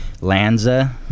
Lanza